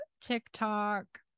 tiktok